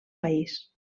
país